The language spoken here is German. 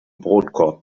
brotkorb